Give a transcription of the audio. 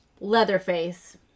Leatherface